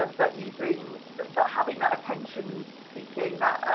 ah but using, but having that attention seeking, that,